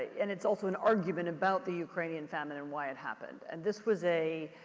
and it's also an argument about the ukrainian famine and why it happened. and this was a